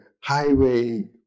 highway